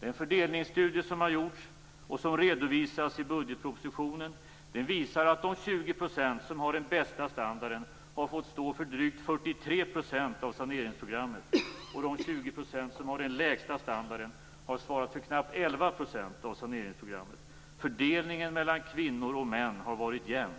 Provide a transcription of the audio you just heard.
Den fördelningsstudie som har gjorts och som redovisas i budgetpropositionen visar att de 20 % som har den bästa standarden har fått stå för drygt 43 % av saneringsprogrammet och att de 20 % som har den lägsta standarden har svarat för knappt 11 % av saneringsprogrammet. Fördelningen mellan kvinnor och män har varit jämn.